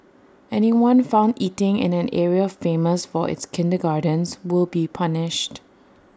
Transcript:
anyone found eating in an area famous for its kindergartens will be punished